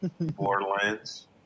Borderlands